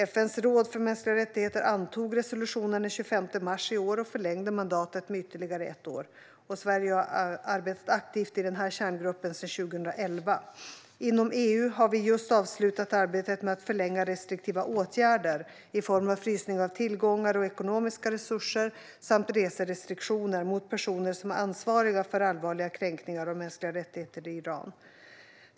FN:s råd för mänskliga rättigheter antog resolutionen den 25 mars i år och förlängde mandatet med ytterligare ett år. Sverige har arbetat aktivt i denna kärngrupp sedan 2011. Inom EU har vi just avslutat arbetet med att förlänga restriktiva åtgärder, i form av frysning av tillgångar och ekonomiska resurser samt reserestriktioner, mot personer som är ansvariga för allvarliga kränkningar av mänskliga rättigheter i Iran.